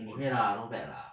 okay lah not bad lah